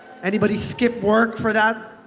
anybody skip work for that?